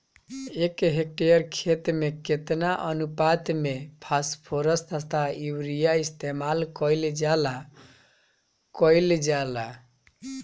एक हेक्टयर खेत में केतना अनुपात में फासफोरस तथा यूरीया इस्तेमाल कईल जाला कईल जाला?